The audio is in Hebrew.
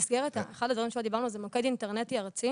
אחד הדברים שלא דיברנו עליו הוא מוקד אינטרנטי ארצי